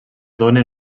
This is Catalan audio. dóna